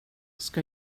ska